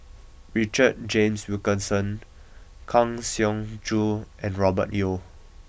Richard James Wilkinson Kang Siong Joo and Robert Yeo